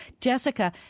Jessica